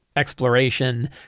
exploration